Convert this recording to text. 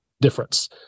difference